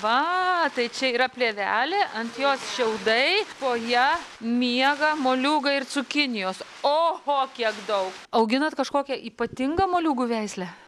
va tai čia yra plėvelė ant jos šiaudai po ja miega moliūgai ir cukinijos oho kiek daug auginat kažkokią ypatingą moliūgų veislę